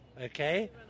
okay